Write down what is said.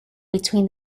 between